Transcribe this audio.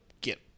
get